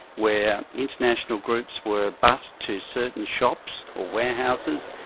where international groups were bussed to certain shops or warehouses,